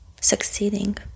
succeeding